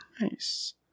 nice